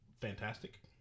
fantastic